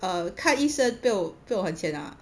err 看医生不用不用还钱啊